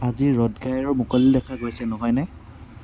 আজি ৰ'দঘাই আৰু মুকলি দেখা গৈছে নহয়নে